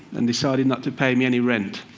and decided not to pay me any rent.